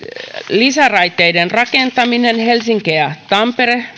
lisäraiteiden rakentaminen helsinki tampere